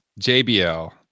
JBL